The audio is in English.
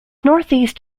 northeast